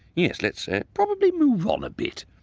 yes, let's probably, move on a bit.